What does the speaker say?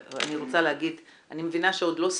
אני רוצה להגיד אני מבינה שעוד לא סיימת,